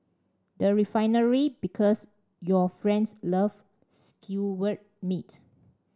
the Refinery Because your friends love skewered meat